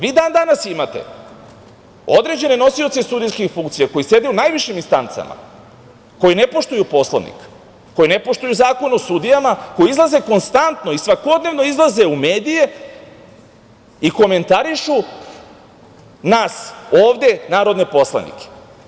Vi dan danas imate određene nosioce sudijskih funkcija koji sede u najvišim instancama, koji ne poštuju Poslovnik, koji ne poštuju Zakon o sudijama, koji izlaze konstantno i svakodnevno u medije i komentarišu nas ovde narodne poslanike.